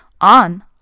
on